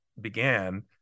began